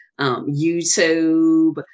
YouTube